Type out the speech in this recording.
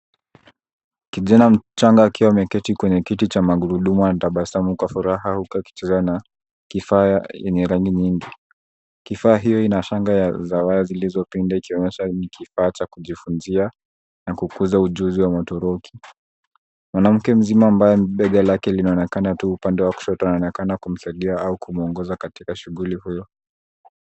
Kijani mchanga akiwa ameketi kwenye kiti cha magurudumu, anatabsamu kwa furaha huku akicheza na kifaa yenye rangi nyingi. Kifaa hiyo ina shanga za waya zilizopinda, ikionyesha ni kifaa cha kujifunzia na kukuza ujuzi wa matoroki . Mwanamke mzima ambaye bega lake linaonekana tu, upande wa kushoto, anaonekana kusaidia au kumwongoza katika shughuli hiyo.